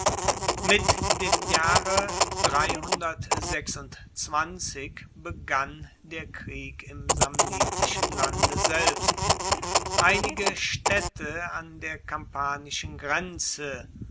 mit dem jahre begann der krieg im samnitischen lande selbst einige staedte an der kampanischen grenze